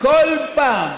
כל פעם,